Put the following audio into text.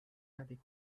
avec